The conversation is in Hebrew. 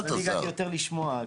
אני הגעתי יותר לשמוע.